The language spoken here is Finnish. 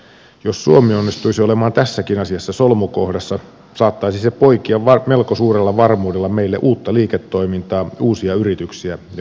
jos suomi onnistuisi olemaan tässäkin asiassa solmukohdassa saattaisi se poikia melko suurella varmuudella meille uutta liiketoimintaa uusia yrityksiä ja uusia työpaikkoja